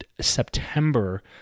September